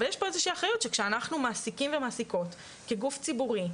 אבל יש פה איזו שהיא אחריות שכשאנחנו מעסקים ומעסיקות כגוף ציבורי,